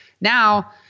Now